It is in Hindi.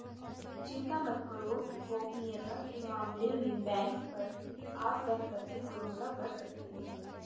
चिंता मत करो, गोपनीयता के मामले में बैंक पर आँख बंद करके भरोसा कर सकते हो